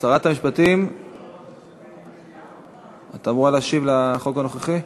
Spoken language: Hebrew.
שרת המשפטים, את אמורה להשיב על החוק הנוכחי?